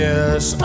Yes